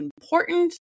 important